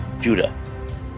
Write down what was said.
Judah